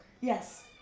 Yes